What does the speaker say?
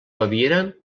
baviera